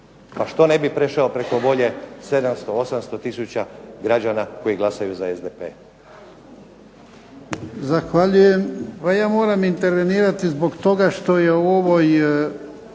pa što ne bi prešao preko volje 700, 800 tisuća građana koji glasaju za SDP.